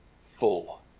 full